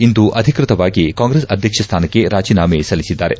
ಇಂದು ಅಧಿಕೃತವಾಗಿ ಕಾಂಗ್ರೆಸ್ ಅಧ್ಯಕ್ಷ ಸ್ಥಾನಕ್ಕೆ ರಾಜೀನಾಮೆ ಸಲ್ಲಿಸಿದ್ದಾರೆ